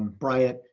bryant,